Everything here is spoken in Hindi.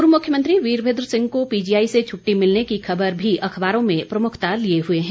पूर्व मुख्यमंत्री वीरभद्र सिंह को पीजीआई से छुट्टी मिलने की खबर भी अखबारों में प्रमुखता लिए हुए है